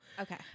Okay